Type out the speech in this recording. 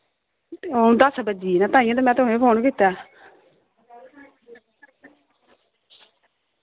हू'न दस बज्जिये न ताहियैं ते मैं तुसें फोन कीत्ता